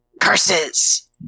Curses